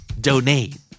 Donate